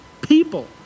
people